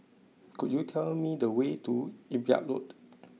could you tell me the way to Imbiah Road